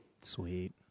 Sweet